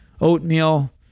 oatmeal